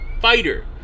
fighter